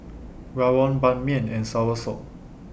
Rawon Ban Mian and Soursop